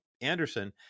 Anderson